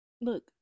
Look